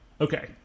Okay